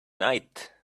night